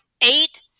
Eight